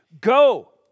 Go